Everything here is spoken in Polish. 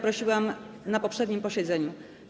Prosiłam o to na poprzednim posiedzeniu.